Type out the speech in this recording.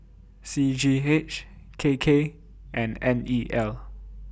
C G H K K and N E L